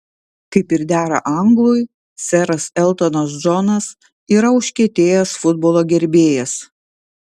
kaip ir dera anglui seras eltonas džonas yra užkietėjęs futbolo gerbėjas